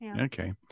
Okay